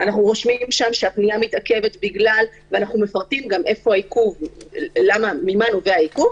אנחנו רושמים שם שהתלונה מתעכבת ואנחנו גם מפרטים ממה נובע העיכוב.